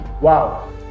wow